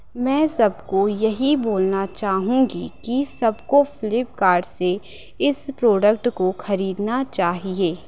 मैं सब को यही बोलना चाहूँगी कि सब को फ्लिपकार्ट से इस प्रोडक्ट को ख़रीदना चाहिए